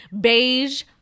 Beige